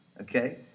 okay